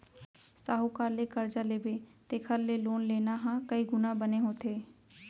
साहूकार ले करजा लेबे तेखर ले लोन लेना ह कइ गुना बने होथे